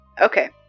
okay